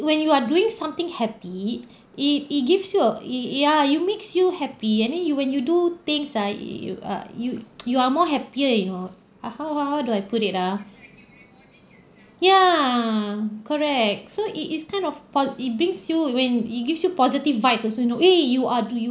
when you are doing something happy it it gives you a ya you makes you happy and then you when you do things ah you you uh you you are more happier you know uh how how how do I put it ah ya correct so it is kind of po~ it brings you when it gives you positive vibes also you know eh you are do you